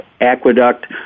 Aqueduct